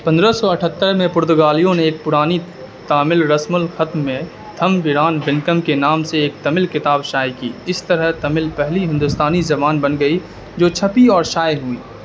پندرہ سو اٹھہتر میں پرتگالیوں نے ایک پرانی تامل رسم الخط میں تھمبران ونکم کے نام سے ایک تمل کتاب شائع کی اس طرح تمل پہلی ہندوستانی زبان بن گئی جو چھپی اور شائع ہوئی